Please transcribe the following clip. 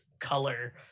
color